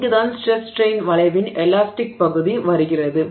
இங்குதான் stress strain வளைவின் elastic பகுதி வருகிறது